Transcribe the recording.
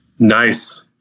nice